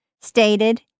stated